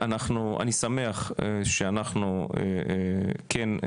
אני שמח שאנחנו כן,